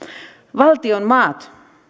valtionmaat